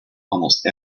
almost